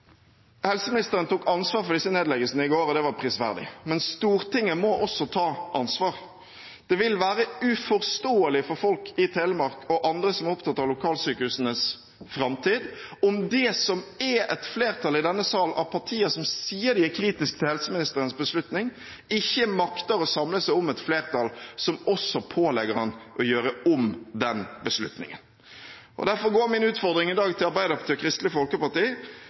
Helseministeren tok ansvaret for disse nedleggelsene i går, og det var prisverdig, men Stortinget må også ta ansvar. Det vil være uforståelig for folk i Telemark og andre som er opptatt av lokalsykehusenes framtid, om det som er et flertall i denne sal av partier som sier de er kritiske til helseministerens beslutning, ikke makter å samle seg om et flertall som også pålegger ham å gjøre om den beslutningen. Derfor går min utfordring i dag til Arbeiderpartiet og Kristelig Folkeparti: